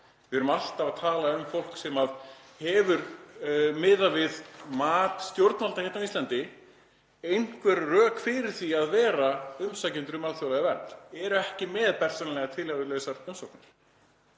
Við erum alltaf að tala um fólk sem hefur, miðað við mat stjórnvalda á Íslandi, einhver rök fyrir því að vera umsækjendur um alþjóðlega vernd, er ekki með bersýnilega tilhæfulausar umsóknir.